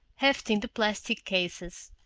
hefting the plastic cases.